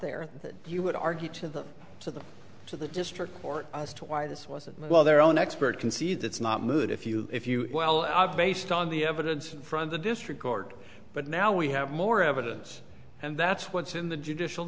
there that you would argue to the to the to the district court as to why this wasn't well their own expert concede that's not moot if you if you well i've based on the evidence from the district court but now we have more evidence and that's what's in the judicial